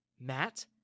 Matt